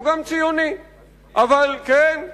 ציוני כמוך?